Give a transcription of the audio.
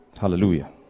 Hallelujah